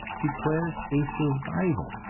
declares a survival,